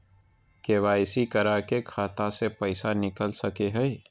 KYC करा के खाता से पैसा निकल सके हय?